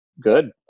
good